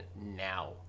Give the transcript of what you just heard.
now